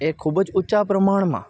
એ ખૂબ જ ઊંચા પ્રમાણમાં